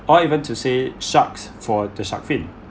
or even to say sharks for the shark fin